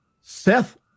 Seth